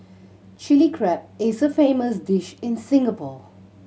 Chilli Crab is a famous dish in Singapore